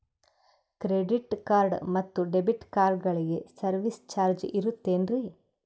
Credit card ಮತ್ತು debit ಕಾರ್ಡಗಳಿಗೆ service charge ಇರುತೇನ್ರಿ?